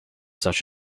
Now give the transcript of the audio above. such